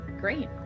great